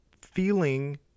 feeling